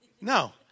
No